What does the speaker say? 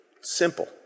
simple